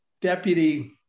deputy